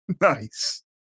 Nice